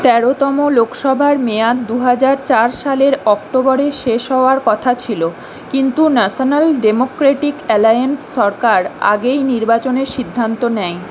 তেরো তম লোকসভার মেয়াদ দুহাজার চার সালের অক্টোবরে শেষ হওয়ার কথা ছিল কিন্তু ন্যাশানাল ডেমোক্র্যাটিক আল্যায়েন্স সরকার আগেই নির্বাচনের সিদ্ধান্ত নেয়